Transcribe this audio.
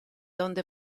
donde